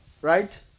right